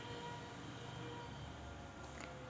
Online पैसे देण सोप हाय का?